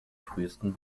frühesten